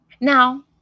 Now